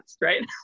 right